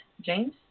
James